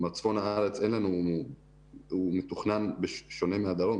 כלומר צפון הארץ מתוכנן בשונה מהדרום,